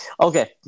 Okay